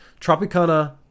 Tropicana